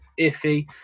iffy